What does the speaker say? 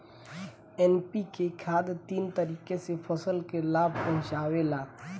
NPK खाद तीन तरीके से फसल के लाभ पहुंचावेला